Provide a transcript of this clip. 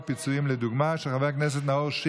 בעד, 26,